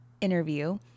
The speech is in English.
interview